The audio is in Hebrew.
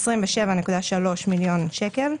27.3 מיליון שקלים.